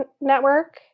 network